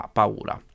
paura